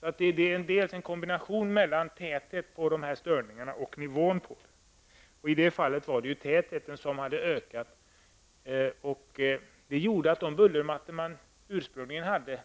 Det är en kombination av tätheten på störningarna och bullrets nivå som är avgörande. I det fallet hade tätheten ökat. De bullermattor som man ursprungligen hade